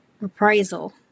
reprisal